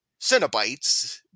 Cenobites